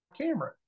camera